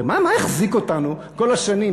הרי מה החזיק אותנו כל השנים?